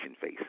face